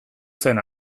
zen